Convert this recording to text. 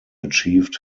achieved